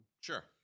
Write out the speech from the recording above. Sure